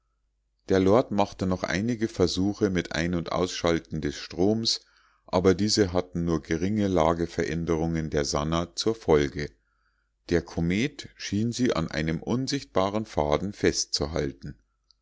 der lord machte noch einige versuche mit ein und ausschalten des stroms aber diese hatten nur geringe lageveränderungen der sannah zur folge der komet schien sie an einem unsichtbaren faden festzuhalten